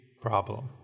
problem